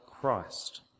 Christ